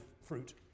fruit